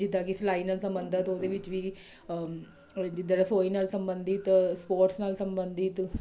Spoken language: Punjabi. ਜਿੱਦਾਂ ਕਿ ਸਿਲਾਈ ਨਾਲ ਸੰਬੰਧਿਤ ਉਹਦੇ ਵਿੱਚ ਵੀ ਜਿੱਦਾਂ ਰਸੋਈ ਨਾਲ ਸੰਬੰਧਿਤ ਸਪੋਰਟਸ ਨਾਲ ਸੰਬੰਧਿਤ